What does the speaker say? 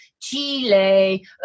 Chile